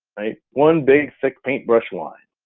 right, one big thick paint brush line.